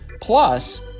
Plus